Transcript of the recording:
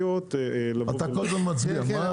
בבקשה, אתה כל הזמן מצביע.